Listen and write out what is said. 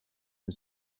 and